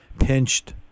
pinched